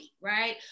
right